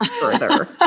further